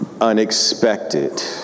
Unexpected